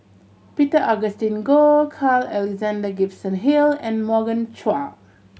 Peter Augustine Goh Carl Alexander Gibson Hill and Morgan Chua